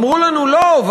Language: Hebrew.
אמרו לנו: לא,